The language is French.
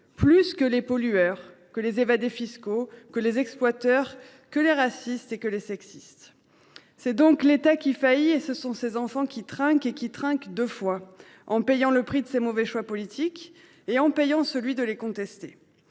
plus que les pollueurs, les évadés fiscaux, les exploiteurs, les racistes et les sexistes. L’État a failli et ce sont ses enfants qui trinquent. Ils trinquent d’ailleurs deux fois : en payant le prix de ses mauvais choix politiques et en payant celui de les contester.